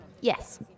Yes